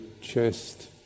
chest